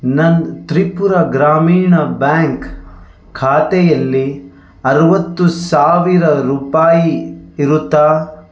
ನನ್ನ ತ್ರಿಪುರ ಗ್ರಾಮೀಣ ಬ್ಯಾಂಕ್ ಖಾತೆಯಲ್ಲಿ ಅರವತ್ತು ಸಾವಿರ ರೂಪಾಯಿ ಇರುತ್ತಾ